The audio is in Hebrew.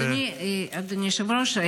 אדוני היושב-ראש,